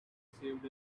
saved